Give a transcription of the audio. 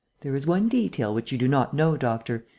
there is one detail which you do not know, doctor,